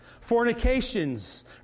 fornications